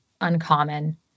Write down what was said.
uncommon